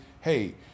hey